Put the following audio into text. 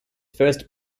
first